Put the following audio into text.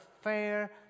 fair